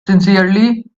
sincerely